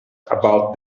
about